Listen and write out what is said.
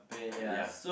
uh ya